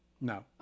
No